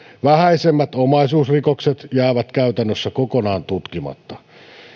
vähäisemmät omaisuusrikokset jäävät käytännössä kokonaan tutkimatta